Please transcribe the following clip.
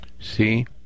see